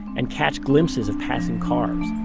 and catch glimpses of passing cars